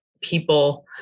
people